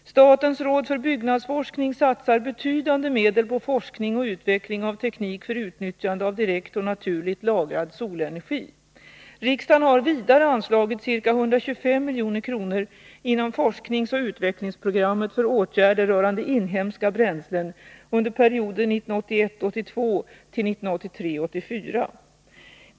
Statens råd för byggnadsforskning satsar betydande medel på forskning och utveckling av teknik för utnyttjande av direkt och naturligt lagrad solenergi. Riksdagen har vidare anslagit ca 125 milj.kr. inom forskningsoch utvecklingsprogrammet för åtgärder rörande inhemska bränslen under perioden 1981 84.